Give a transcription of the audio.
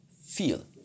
feel